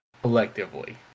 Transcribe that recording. Collectively